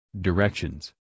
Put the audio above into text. Directions